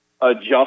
adjust